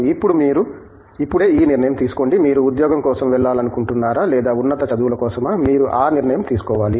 ఇప్పుడు మీరు ఇప్పుడే ఈ నిర్ణయం తీసుకోండి మీరు ఉద్యోగం కోసం వెళ్లాలనుకుంటున్నారా లేదా ఉన్నత చదువుల కోసమా మీరు ఆ నిర్ణయం తీసుకోవాలి